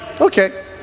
Okay